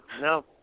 No